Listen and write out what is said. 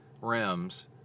rims